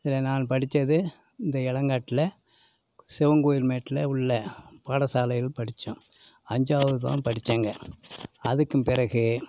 இதில் நான் படித்தது இந்த இளங்காட்ல சிவன்கோயில் மேட்டில் உள்ள பாடசாலையில் படித்தோம் அஞ்சாவது தான் படித்தேங்க அதுக்கும் பிறகு